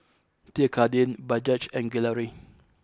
Pierre Cardin Bajaj and Gelare